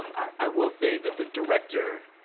um i will say that the director,